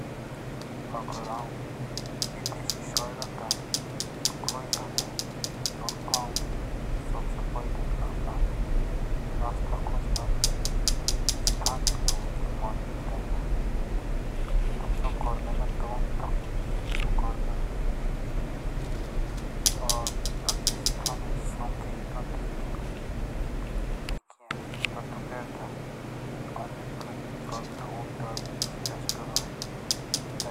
अगर आउं विदेशी शहरोंदा कोई ज्यादा। तब आउं सबसे पहले अपना रास्ता खोजणोक स्थानीय लोगों की मदद लेंदा। तब सो कर देना तब आउं तकनीकी उपयोग करदा। और तब स्थानीय संकेत हो तैके तातुक हरदा। अन्य कोई विकल्प जैसे रेस्टोरेंट और होटल हेरदा।